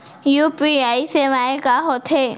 UPI सेवाएं का होथे?